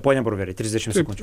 pone bruveri trisdešimt sekundžių